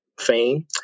fame